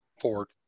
Ford